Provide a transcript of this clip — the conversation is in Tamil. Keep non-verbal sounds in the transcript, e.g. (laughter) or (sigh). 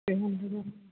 (unintelligible)